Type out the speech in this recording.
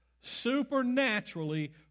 Supernaturally